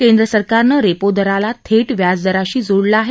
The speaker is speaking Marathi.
केंद्र सरकारनं रेपो दराला थेट व्याजदराशी जोडलं आहे